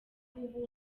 ubu